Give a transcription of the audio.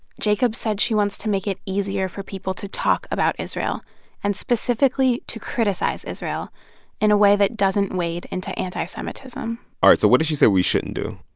jacobs said she wants to make it easier for people to talk about israel and specifically to criticize israel in a way that doesn't wade into anti-semitism all right. so what does she say we shouldn't do?